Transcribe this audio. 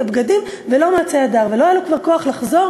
את הבגדים "ולא מצי הדר" ולא היה לו כבר כוח לחזור,